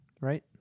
Right